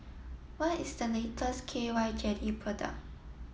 what is the latest K Y jelly product